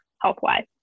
health-wise